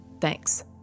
Thanks